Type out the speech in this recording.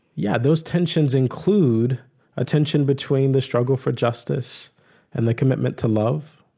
yeah, those tensions include a tension between the struggle for justice and the commitment to love,